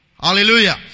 Hallelujah